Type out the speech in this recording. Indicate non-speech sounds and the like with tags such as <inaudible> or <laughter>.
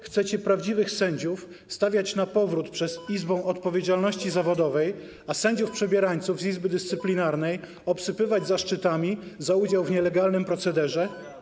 Chcecie prawdziwych sędziów na powrót stawiać przed <noise> Izbą Odpowiedzialności Zawodowej, a sędziów przebierańców z Izby Dyscyplinarnej obsypywać zaszczytami za udział w nielegalnym procederze?